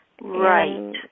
Right